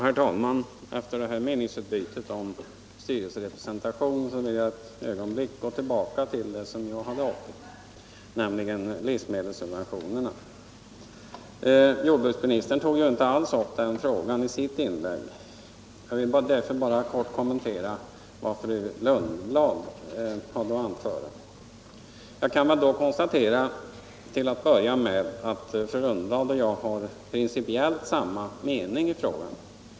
Herr talman! Efter detta meningsutbyte om styrelserepresentation vill jag ett ögonblick gå tillbaka till frågan om livsmedelssubventionerna. Jordbruksministern tog inte upp den frågan, och därför skall jag bara helt kort något kommentera vad fru Lundblad anförde. Till att börja med konstaterar jag då att fru Lundblad och jag har principiellt samma uppfattning i den frågan.